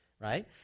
right